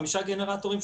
חמישה גנרטורים,